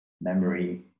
memory